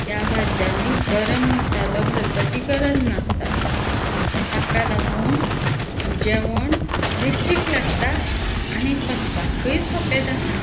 ह्या भाज्यांनी गरम मसालो घालपाची गरज नासता ताका लागून जेवण रुचीक लागता आनी पचपाकय सोंपें जाता